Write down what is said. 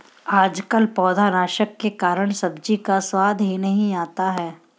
आजकल पौधनाशक के कारण सब्जी का स्वाद ही नहीं आता है